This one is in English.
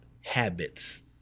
habits